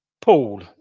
Paul